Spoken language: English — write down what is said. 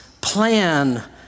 plan